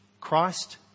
Christ